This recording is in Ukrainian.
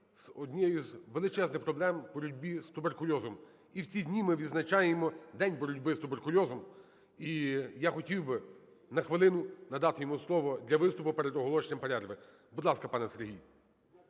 з однією з величезних проблем – боротьбі з туберкульозом. І в ці дні ми відзначаємо день боротьби з туберкульозом, і я хотів би на хвилину надати йому слово для виступу перед оголошенням перерви. Будь ласка, пане Сергій.